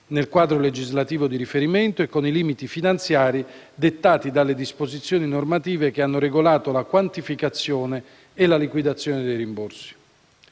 nel quadro legislativo di riferimento e con i limiti finanziari dettati dalle disposizioni normative che hanno regolato la quantificazione e la liquidazione dei rimborsi.